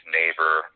neighbor